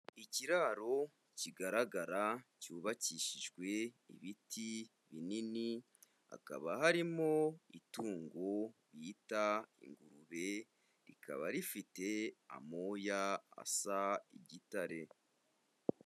Ikiraro kigaragara cyubakishijwe ibiti binini, hakaba harimo itungo bita ingurube, rikaba rifite amoya asa igitare.